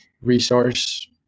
resource